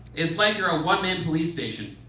it's like you're a one man police station.